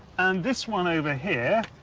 and this one over here.